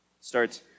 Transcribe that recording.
starts